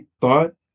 thought